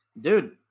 dude